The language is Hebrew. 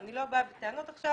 אני לא באה בטענות עכשיו.